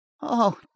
Oh